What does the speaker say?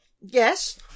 yes